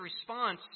response